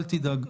אל תדאג.